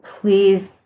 please